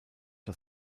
das